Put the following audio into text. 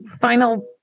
final